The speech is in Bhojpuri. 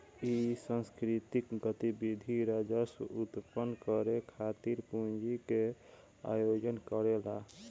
इ सांस्कृतिक गतिविधि राजस्व उत्पन्न करे खातिर पूंजी के आयोजन करेला